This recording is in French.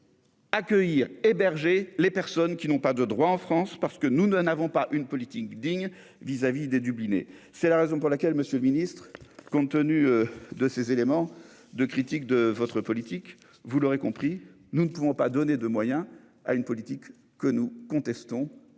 Accueillir, héberger les personnes qui n'ont pas de droits en France parce que nous n'en avons pas une politique digne vis-à-vis des dublinés c'est la raison pour laquelle, Monsieur le Ministre, compte tenu de ces éléments de critiques de votre politique, vous l'aurez compris, nous ne pouvons pas donner de moyens à une politique que nous contestons,